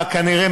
כנראה,